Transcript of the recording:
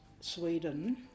Sweden